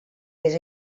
més